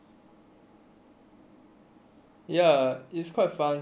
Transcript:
ya it's quite fun sia